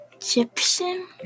Egyptian